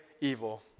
evil